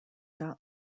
got